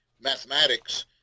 mathematics